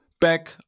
back